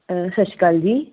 ਸਤਿ ਸ਼੍ਰੀ ਅਕਾਲ ਜੀ